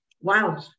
Wow